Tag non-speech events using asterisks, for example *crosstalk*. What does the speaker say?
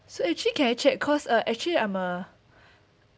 so actually can I check cause uh actually I'm uh *breath*